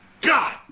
God